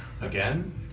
Again